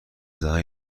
زنان